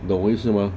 你懂我意思吗